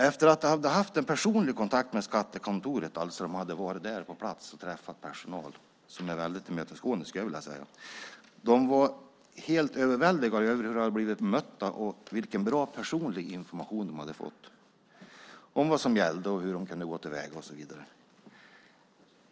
Efter att ha haft en personlig kontakt med skattekontoret, alltså efter att på plats ha träffat personalen på skattekontoret - en väldigt tillmötesgående personal, skulle jag vilja säga - var Nisse och Karin helt överväldigade över hur de hade blivit bemötta och över den goda personliga information de fick om vad som gällde, hur de kunde gå till väga och så vidare.